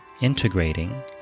integrating